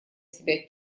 себя